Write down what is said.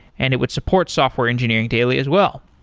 and it would support software engineering daily as well.